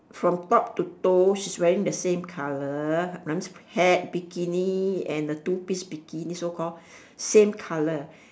from top to toe she's wearing the same colour hat bikini and a two piece bikini so call same colour